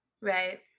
Right